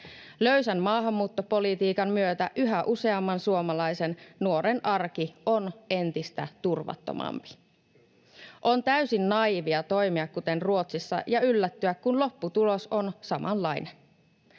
Löysän maahanmuuttopolitiikan myötä yhä useamman suomalaisen nuoren arki on entistä turvattomampi. On täysin naiivia toimia kuten Ruotsissa ja yllättyä, kun lopputulos on samanlainen.